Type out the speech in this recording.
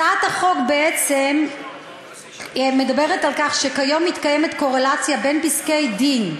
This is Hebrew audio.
הצעת החוק בעצם מדברת על כך שכיום מתקיימת קורלציה בין פסקי-דין,